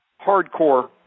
hardcore